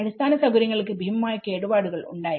അടിസ്ഥാന സൌകര്യങ്ങൾക്ക് ഭീമമായ കെടുപാടുകൾ ഉണ്ടായി